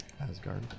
Asgard